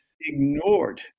ignored